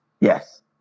Yes